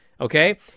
okay